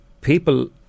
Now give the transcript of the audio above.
People